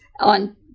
on